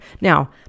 Now